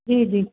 जी जी